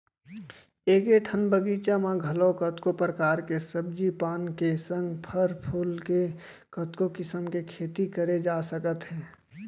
एके ठन बगीचा म घलौ कतको परकार के सब्जी पान के संग फर फूल के कतको किसम के खेती करे जा सकत हे